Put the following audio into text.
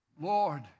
Lord